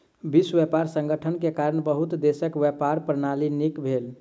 विश्व व्यापार संगठन के कारण बहुत देशक व्यापार प्रणाली नीक भेल